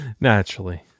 naturally